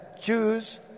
Jews